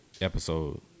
episode